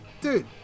dude